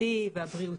החברתי והבריאותי.